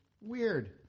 Weird